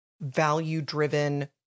value-driven